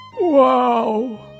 Wow